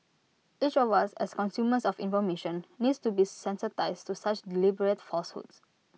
each of us as consumers of information needs to be sensitised to such deliberate falsehoods